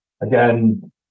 Again